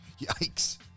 Yikes